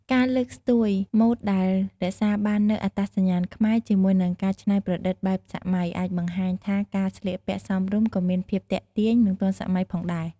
ការលើកស្ទួយម៉ូដដែល រក្សាបាននូវអត្តសញ្ញាណខ្មែរជាមួយនឹងការច្នៃប្រឌិតបែបសម័យ អាចបង្ហាញថាការស្លៀកពាក់សមរម្យក៏មានភាពទាក់ទាញ និងទាន់សម័យផងដែរ។